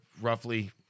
roughly